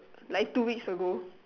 like two weeks ago